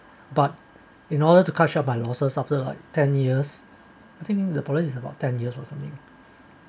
but in order to cut short by losses after like ten years I think the policy is about ten years or something